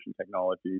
Technology